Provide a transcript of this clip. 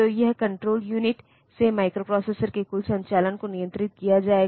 तो यह हेक्साडेसिमल में 3C है